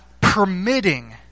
permitting